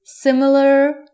similar